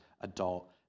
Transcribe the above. adult